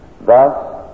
thus